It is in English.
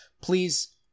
Please